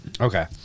Okay